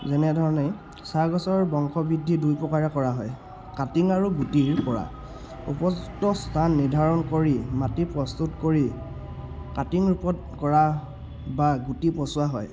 যেনেধৰণেই চাহগছৰ বংশ বৃদ্ধি দুই প্ৰকাৰে কৰা হয় কাটিং আৰু গুটিৰপৰা উপযুক্ত স্থান নিৰ্ধাৰণ কৰি মাটি প্ৰস্তুত কৰি কাটিং ৰূপত কৰা বা গুটি পচোৱা হয়